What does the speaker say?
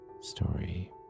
story